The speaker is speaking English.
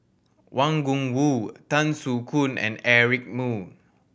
Wang Gungwu Tan Soo Khoon and Eric Moo